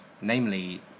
namely